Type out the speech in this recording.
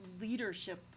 leadership